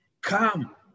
Come